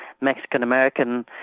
mexican-american